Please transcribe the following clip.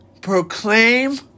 proclaim